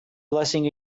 blessing